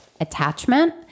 attachment